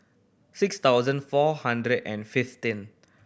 six thousand four hundred and fifteen